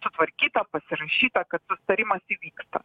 sutvarkyta pasirašyta kad susitarimas įvyksta